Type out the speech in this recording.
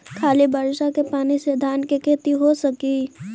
खाली बर्षा के पानी से धान के खेती हो सक हइ?